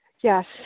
Yes